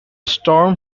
storm